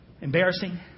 embarrassing